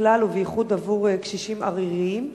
ככלל ובייחוד עבור קשישים עריריים?